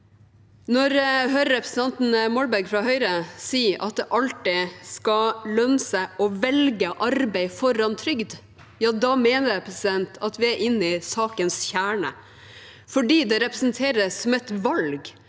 jeg hører representanten Molberg fra Høyre si at det alltid skal lønne seg å velge arbeid foran trygd, mener jeg vi er ved sakens kjerne, for det presenteres som om vi